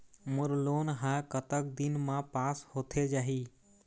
मोर loan हा कतक दिन मा पास होथे जाही?